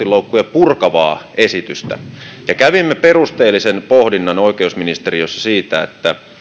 purkavaa esitystä kävimme perusteellisen pohdinnan oikeusministeriössä siitä